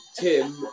tim